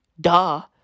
Duh